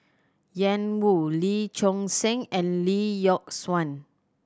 Ian Woo Lee Choon Seng and Lee Yock Suan